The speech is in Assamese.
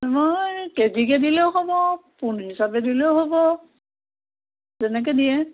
মই কেজিকৈ দিলেও হ'ব পোণ হিচাপে দিলেও হ'ব যেনেকৈ দিয়ে